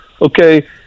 okay